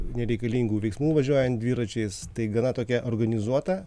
nereikalingų veiksmų važiuojant dviračiais tai gana tokia organizuota